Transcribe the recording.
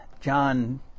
John